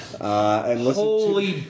Holy